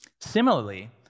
Similarly